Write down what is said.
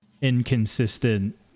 inconsistent